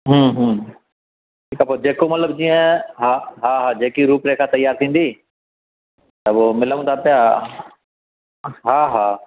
ठीकु आहे पोइ जेको मतलबु जीअं हा हा जेकी रूपरेखा तयारु थींदी त पोइ मिलूं था पिया हा हा